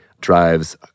drives